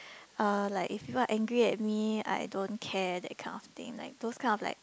uh like if people are angry at me I don't care that kind of thing like those kind of like